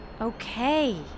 Okay